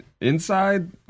inside